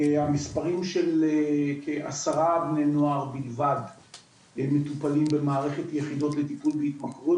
המספרים של כעשרה בני נוער בלבד מטופלים במסגרת יחידות לטיפול בהתמכרות,